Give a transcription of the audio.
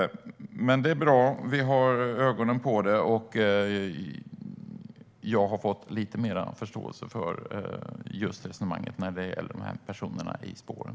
Det är bra att vi har ögonen på det. Jag har fått lite mer förståelse för resonemanget när det gäller personerna i spåren.